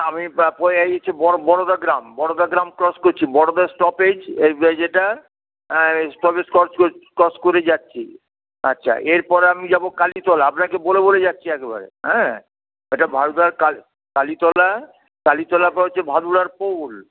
হ্যাঁ আমি বয়ে এই হচ্ছে বরোদা গ্রাম বরোদা গ্রাম ক্রস করছি বরোদা স্টপেজ এ বে যেটা হ্যাঁ এই স্টপেজ ক্রস কোছ ক্রস করে যাচ্ছি আচ্ছা এর পরে আমি যাব কালীতলা আপনাকে বলে বলে যাচ্ছি একেবারে হ্যাঁ এটা ভাদুড়ার কাল কালীতলা কালীতলার পর হচ্ছে ভাদুড়ার পোল